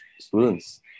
students